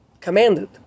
commanded